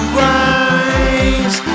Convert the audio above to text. rise